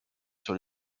sur